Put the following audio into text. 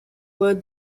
were